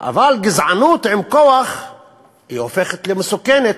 אבל גזענות עם כוח הופכת למסוכנת.